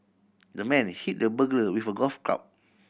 the man hit the burglar with a golf club